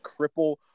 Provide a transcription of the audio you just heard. cripple